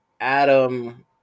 Adam